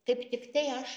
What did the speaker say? kaip tiktai aš